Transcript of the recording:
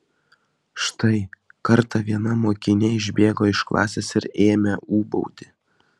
štai kartą viena mokinė išbėgo iš klasės ir ėmė ūbauti